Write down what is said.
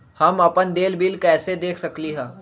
हम अपन देल बिल कैसे देख सकली ह?